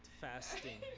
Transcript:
fasting